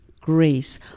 grace